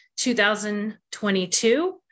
2022